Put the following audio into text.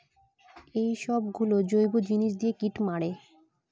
এইসব গুলো জৈব জিনিস দিয়ে কীট মারে